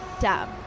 dumb